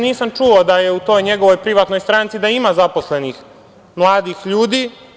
Nisam čuo da u toj njegovoj privatnoj stranci ima zaposlenih mladih ljudi.